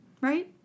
Right